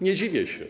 Nie dziwię się.